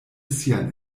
sian